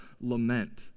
lament